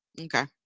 okay